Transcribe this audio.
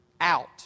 out